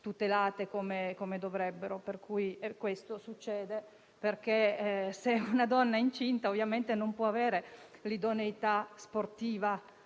tutelate come dovrebbero, e questo succede perché, se una donna rimane incinta, ovviamente non può avere l'idoneità sportiva